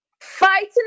fighting